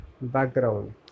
background